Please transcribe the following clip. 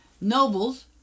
Nobles